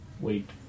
wait